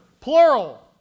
plural